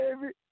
baby